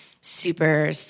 super